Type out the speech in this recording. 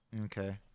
Okay